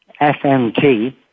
FMT